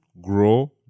grow